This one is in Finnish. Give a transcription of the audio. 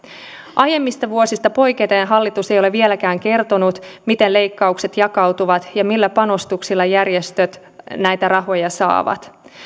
aiemmista vuosista poiketen hallitus ei ole vieläkään kertonut miten leikkaukset jakautuvat ja millä panostuksilla järjestöt näitä rahoja saavat